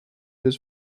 dus